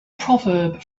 proverb